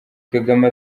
kagame